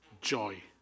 joy